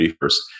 first